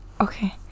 Okay